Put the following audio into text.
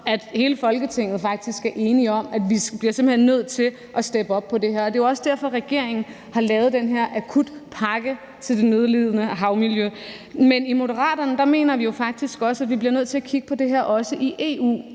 at hele Folketinget faktisk er enige om, at vi simpelt hen bliver nødt til at steppe op her. Det er også derfor, regeringen har lavet den her akutpakke til det nødlidende havmiljø. I Moderaterne mener vi jo faktisk også, at vi bliver nødt til også at kigge på det her i EU.